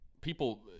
people